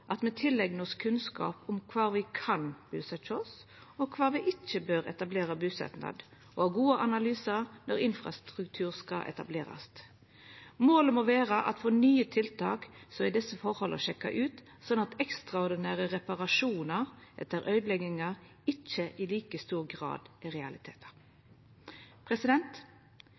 at me tileignar oss kunnskap om kvar me kan busetja oss, og kvar me ikkje bør etablera busetnad, og ha gode analysar når infrastruktur skal etablerast. Målet må vera at for nye tiltak er desse forholda sjekka ut, slik at ekstraordinære reparasjonar etter øydeleggingar ikkje i like stor grad